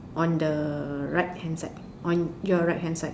on the right hand side on your right hand side